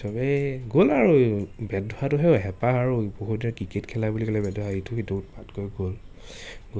চবেই গ'ল আৰু বেট ধৰাটোহে হেঁপাহ আৰু বহুতে ক্ৰিকেট খেলা বুলি ক'লে বেট ধৰাই ইটোই সিটোক ভাগ কৰি গ'ল